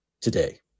today